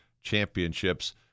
championships